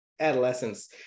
adolescence